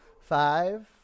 Five